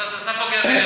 אתה שם אותי חיליק,